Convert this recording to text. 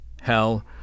Hell